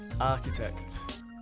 architect